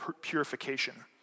purification